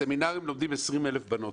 בסמינרים החרדיים לומדות 20,000 בנות.